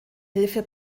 hilfe